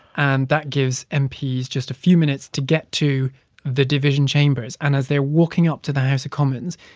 and that gives and mps just a few minutes to get to the division chambers. and as they're walking up to the house of commons,